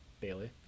Bailey